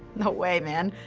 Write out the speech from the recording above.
no way, man.